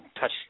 touch